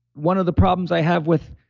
one of the problems i have with